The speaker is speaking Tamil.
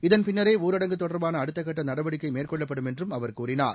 இதன் பின்னரே ஊரடங்கு தொடா்பான அடுத்தக்கட்ட நடவடிக்கை மேற்கொள்ளப்படும் என்றும் அவர் கூறினார்